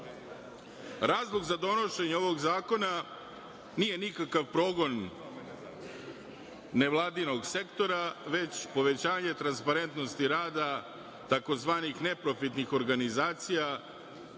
jeste. Razlog za donošenje ovog zakona nije nikakav progon nevladinog sektora, već povećanje transparentnosti rada tzv. neprofitnih organizacija,